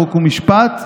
חוק ומשפט,